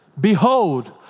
Behold